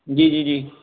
جی جی جی